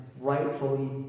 rightfully